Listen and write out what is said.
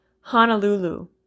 Honolulu